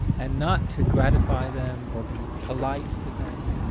and not to gratify them or be polite to them.